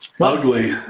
Ugly